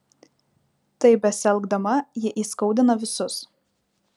taip besielgdama ji įskaudina visus